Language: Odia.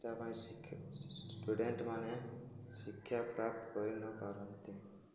ତା' ପାଇଁ ଷ୍ଟୁଡ଼େଣ୍ଟ ମାନେ ଶିକ୍ଷା ପ୍ରାପ୍ତ କରିନପାରନ୍ତି